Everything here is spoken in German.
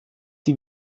die